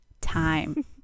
time